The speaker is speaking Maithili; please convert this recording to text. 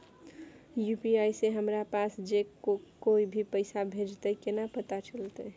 यु.पी.आई से हमरा पास जे कोय भी पैसा भेजतय केना पता चलते?